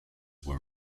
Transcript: were